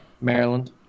Maryland